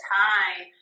time